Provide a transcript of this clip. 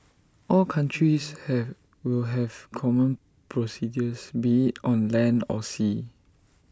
all countries have will have common procedures be IT on land or sea